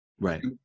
Right